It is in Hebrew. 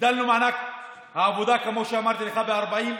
הגדלנו את מענק העבודה, כמו שאמרתי לך, ב-40%,